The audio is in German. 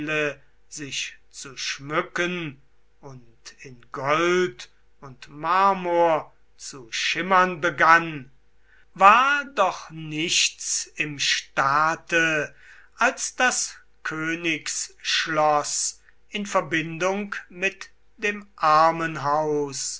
sich zu schmücken und in gold und marmor zu schimmern begann war doch nichts im staate als das königsschloß in verbindung mit dem armenhaus